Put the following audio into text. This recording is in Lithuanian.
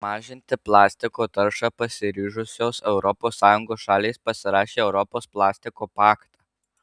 mažinti plastiko taršą pasiryžusios europos sąjungos šalys pasirašė europos plastiko paktą